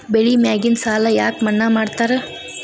ಬೆಳಿ ಮ್ಯಾಗಿನ ಸಾಲ ಯಾಕ ಮನ್ನಾ ಮಾಡ್ತಾರ?